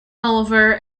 oliver